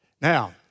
Now